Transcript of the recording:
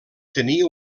tenia